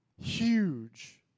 huge